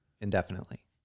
indefinitely